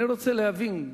אני רוצה להבין.